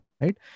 right